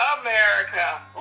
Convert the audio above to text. America